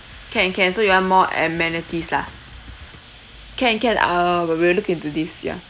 can can so you want more amenities lah can can uh we we will look into this ya